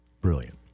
Brilliant